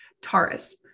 taurus